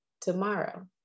tomorrow